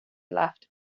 laughed